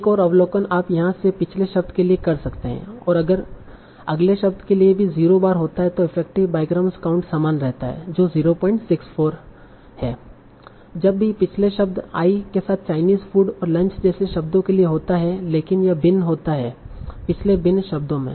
एक और अवलोकन आप यहाँ से पिछले शब्द के लिए कर सकते है और अगर अगले शब्द के लिए भी 0 बार होता है तो इफेक्टिव बाईग्राम काउंट समान रहता है जो 064 है जब भी पिछला शब्द आई के साथ चायनीज़ फूड और लंच जैसे शब्दों के लिए होता है लेकिन यह भिन्न होता है पिछले विभिन्न शब्दों में